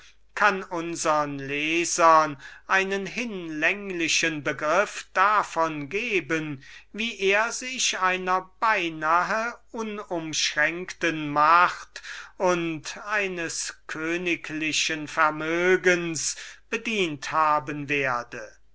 kann unsern lesern einen hinlänglichen begriff davon geben wie er sich einer beinahe unumschränkten macht und eines königlichen vermögens bedient haben werde